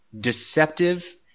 deceptive